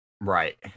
Right